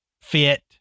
fit